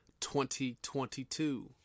2022